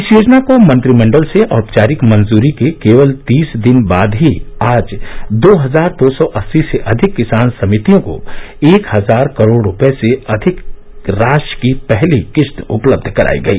इस योजना को मंत्रिमंडल से औपचारिक मंजूरी के केवल तीस दिन बाद ही आज दो हजार दो सौ अस्ती से अधिक किसान समितियों को एक हजार करोड़ रूपये से अधिक राशि की पहली किश्त उपलब्ध कराई गई